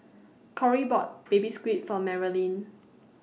Corry bought Baby Squid For Marilyn